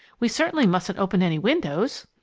we certainly mustn't open any windows.